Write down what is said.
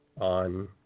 on